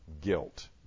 guilt